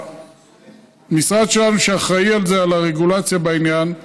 המשרד שלנו אחראי לרגולציה בעניין,